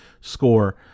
score